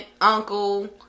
uncle